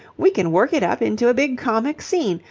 we can work it up into a big comic scene.